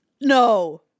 No